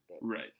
Right